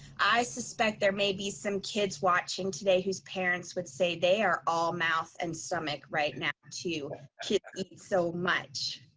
i suspect there may be some kids watching today whose parents would say they are all mouth and stomach right now too. kids eat so much.